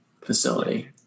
facility